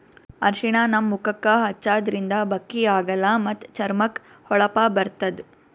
ಅರ್ಷಿಣ ನಮ್ ಮುಖಕ್ಕಾ ಹಚ್ಚದ್ರಿನ್ದ ಬಕ್ಕಿ ಆಗಲ್ಲ ಮತ್ತ್ ಚರ್ಮಕ್ಕ್ ಹೊಳಪ ಬರ್ತದ್